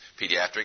pediatric